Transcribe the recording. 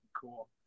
cool